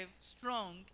strong